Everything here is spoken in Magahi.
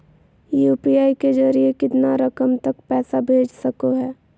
यू.पी.आई के जरिए कितना रकम तक पैसा भेज सको है?